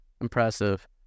impressive